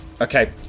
Okay